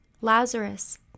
Lazarus